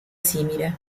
simile